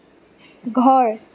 ঘৰ